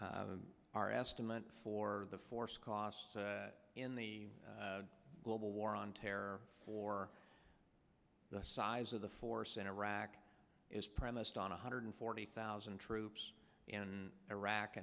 n our estimate for the force cost in the global war on terror for the size of the force in iraq is premised on one hundred forty thousand troops in iraq